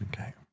Okay